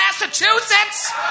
Massachusetts